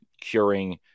curing